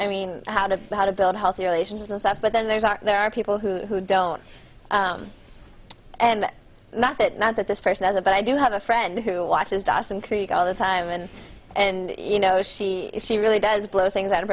i mean how to how to build a healthy relationship and stuff but then there's are there are people who don't and not that not that this person has a but i do have a friend who watches dawson creek all the time and and you know she she really does blow things out of